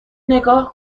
نگاه